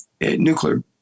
nuclear